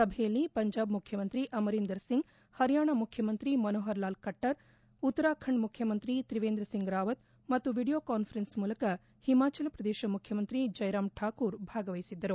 ಸಭೆಯಲ್ಲಿ ಪಂಜಾಬ್ ಮುಖ್ಚಮಂತ್ರಿ ಅಮರೀಂದರ್ ಸಿಂಗ್ ಪರಿಯಾಣ ಮುಖ್ಚಮಂತ್ರಿ ಮನೋಪರ್ ಲಾಲ್ ಕಟ್ಟರ್ ಉತ್ತರಾಖಂಡ ಮುಖ್ಯಮಂತ್ರಿ ತ್ರಿವೇಂದ್ರ ಸಿಂಗ್ ರಾವತ್ ಹಾಗೂ ವೀಡಿಯೋ ಕಾನ್ವರನ್ಸ್ ಮೂಲಕ ಹಿಮಾಚಲ ಪ್ರದೇಶ ಮುಖ್ಯಮಂತ್ರಿ ಜೈರಾಮ್ ಠಾಕೂರ್ ಭಾಗವಹಿಸಿದ್ದರು